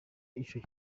ico